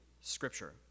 scripture